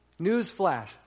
Newsflash